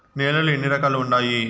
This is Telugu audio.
నేలలు ఎన్ని రకాలు వుండాయి?